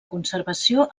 conservació